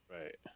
Right